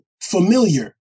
familiar